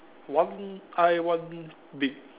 one eye one beak